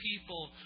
people